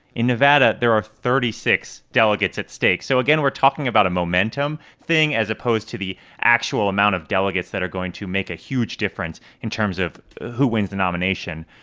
in nevada, there are thirty six delegates at stake. so again, we're talking about a momentum thing, as opposed to the actual amount of delegates that are going to make a huge difference in terms of who wins the nomination.